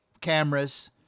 cameras